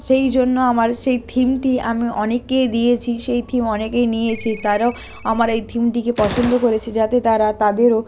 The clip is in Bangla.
সেই জন্য আমার সেই থিমটি আমি অনেককেই দিয়েছি সেই থিম অনেকেই নিয়েছে তারাও আমার এই থিমটিকে পছন্দ করেছে যাতে তারা তাদেরও